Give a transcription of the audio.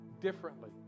differently